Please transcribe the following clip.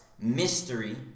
mystery